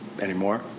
anymore